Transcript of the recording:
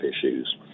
issues